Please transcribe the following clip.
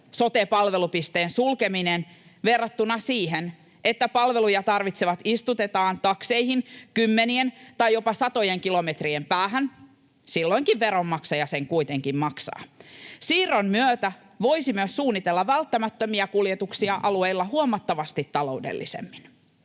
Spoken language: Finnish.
sote-palvelupisteen sulkeminen verrattuna siihen, että palveluja tarvitsevat istutetaan takseihin kymmenien tai jopa satojen kilometrien päähän — silloinkin veronmaksaja sen kuitenkin maksaa. Siirron myötä voisi myös suunnitella välttämättömiä kuljetuksia alueilla huomattavasti taloudellisemmin.